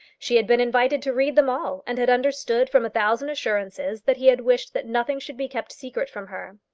she had been invited to read them all, and had understood from a thousand assurances that he had wished that nothing should be kept secret from her.